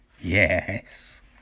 Yes